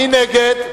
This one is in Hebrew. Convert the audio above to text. מי נגד?